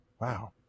Wow